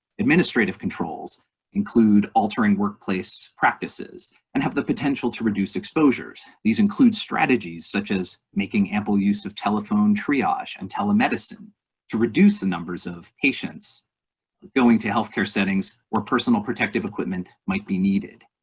administrative controls include altering workplace practices and have the potential to reduce exposures. these include strategies such as making ample use of telephone triage and telemedicine to reduce the numbers of patients going to healthcare settings where personal protective equipment might be needed.